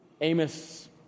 Amos